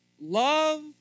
love